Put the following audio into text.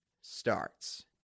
starts